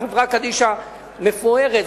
חברה קדישא מפוארת,